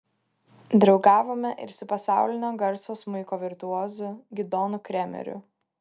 draugavome ir su pasaulinio garso smuiko virtuozu gidonu kremeriu